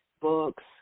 books